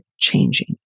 changing